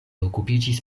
okupiĝis